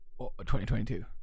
2022